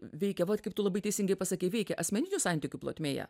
veikia vat kaip tu labai teisingai pasakei veikia asmeninių santykių plotmėje